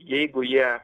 jeigu jie